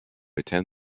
attend